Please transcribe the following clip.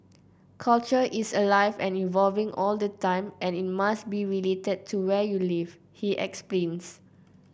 culture is alive and evolving all the time and it must be related to where you live he explains